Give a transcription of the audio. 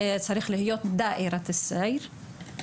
זה צריך להיות דאיארת א-סאיר.